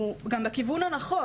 אנחנו גם בכיוון הנכון,